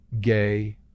gay